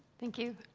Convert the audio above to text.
thank you.